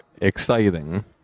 exciting